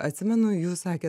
atsimenu jūs sakėt